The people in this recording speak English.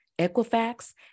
Equifax